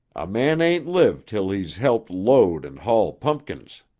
a man ain't lived til he's helped load and haul punkins.